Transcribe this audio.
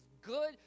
good